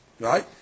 Right